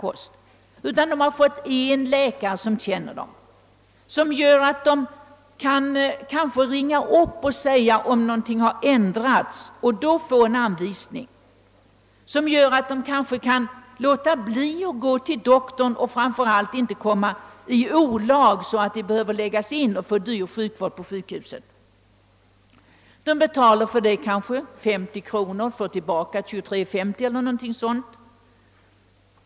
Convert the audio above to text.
De har i stället fått en läkare som känner dem, en läkare som de kan ringa upp och tala med om någonting ändrats och då få en anvisning, som gör, att de inte behöver gå till doktorn och framför allt inte behöver komma i olag och läggas in för dyr sjukvård på sjukhuset. För detta betalar de kanske 50 kr. och får tillbaka 23:50 eller någonting sådant.